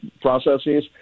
processes